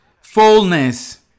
fullness